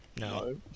No